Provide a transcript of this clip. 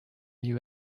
new